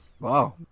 Wow